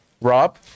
Rob